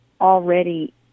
already